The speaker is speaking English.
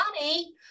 money